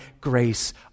grace